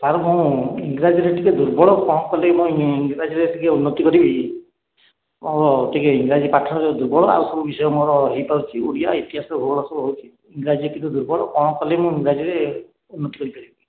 sir ମୁଁ ଇଂରାଜୀରେ ଟିକିଏ ଦୁର୍ବଳ କଣ କଲେ ମୁଁ ଇଂରାଜୀରେ ଟିକିଏ ଉନ୍ନତି କରିବି ମୋର ଟିକିଏ ଇଂରାଜୀ ପାଠ ତ ଦୁର୍ବଳ ଆଉ ସବୁ ବିଷୟ ମୋର ହେଇପାରୁଛି ଓଡ଼ିଆ ଇତିହାସ ଭୂଗୋଳ ସବୁ ହେଉଛି ଇଂରାଜୀ ଟିକିଏ ଦୁର୍ବଳ କଣ କଲେ ମୁଁ ଇଂରାଜୀରେ ଉନ୍ନତି କରିପାରିବି